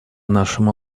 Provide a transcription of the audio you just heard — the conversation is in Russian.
нашему